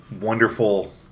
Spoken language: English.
wonderful